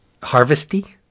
Harvesty